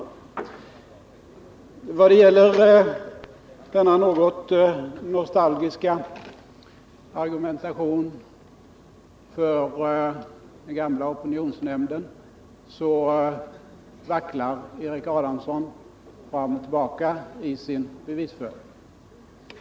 I vad gäller Erik Adamssons något nostalgiska argumentation för den gamla opinionsnämnden vacklar Erik Adamsson i sin bevisföring.